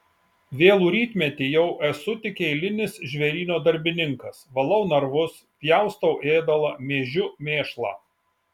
vėlų rytmetį jau esu tik eilinis žvėryno darbininkas valau narvus pjaustau ėdalą mėžiu mėšlą